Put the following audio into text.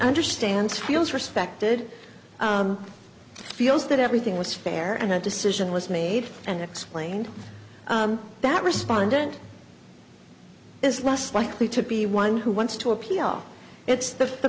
understands feels respected feels that everything was fair and the decision was made and explained that respondent is less likely to be one who wants to appeal it's the